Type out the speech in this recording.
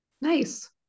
Nice